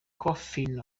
coffin